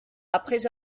après